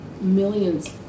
millions